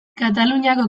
kataluniako